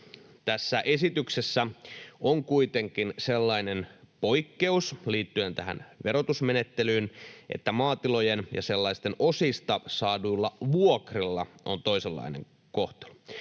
Tässä esityksessä on kuitenkin sellainen poikkeus liittyen tähän verotusmenettelyyn, että maatilojen ja sellaisten osista saaduilla vuokrilla on toisenlainen kohtelu.